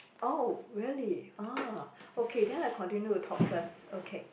oh really ah okay then I continue to talk first okay